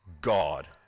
God